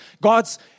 God's